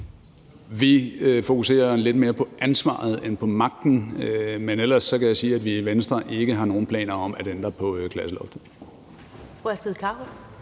Vi fokuserer lidt mere på ansvaret end på magten, men ellers kan jeg sige, at vi i Venstre ikke har nogen planer om at ændre på klasseloftet.